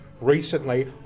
recently